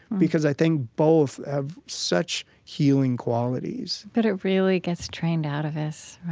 because i think both have such healing qualities but it really gets trained out of us, right?